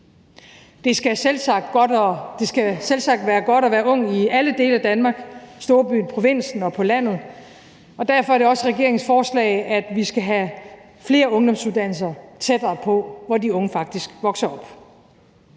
Det skal selvsagt være godt at være ung i alle dele af Danmark – i storbyen, i provinsen og på landet – og derfor er det også regeringens forslag, at vi skal have flere ungdomsuddannelser tættere på der, hvor de unge faktisk vokser op.